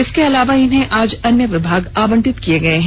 इसके अलावा इन्हें आज अन्य विभाग आवंटित किये गये हैं